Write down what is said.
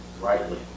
rightly